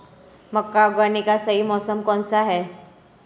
मक्का उगाने का सही मौसम कौनसा है?